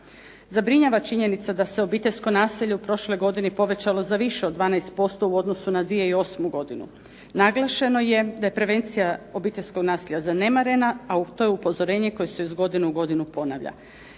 Zabrinjava činjenica se obiteljsko nasilje u prošloj godini povećalo za više od 12% u odnosu na 2008. godinu. Naglašeno je da je prevencija obiteljskog nasilja zanemarena, a to je upozorenje koje se iz godine u godinu ponavlja.